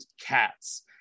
cats